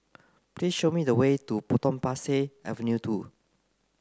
please show me the way to Potong Pasir Avenue two